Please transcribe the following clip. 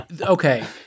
Okay